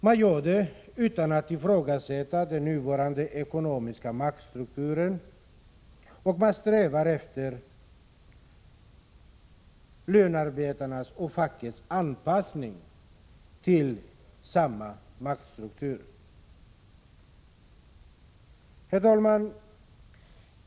Man gör det utan att ifrågasätta den nuvarande ekonomiska maktstrukturen, och man strävar efter lönearbetarnas och fackets anpassning till samma maktstruktur. Herr talman!